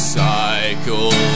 cycle